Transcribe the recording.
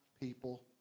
people